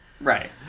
Right